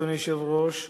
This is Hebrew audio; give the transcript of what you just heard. אדוני היושב-ראש,